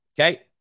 Okay